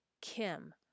Kim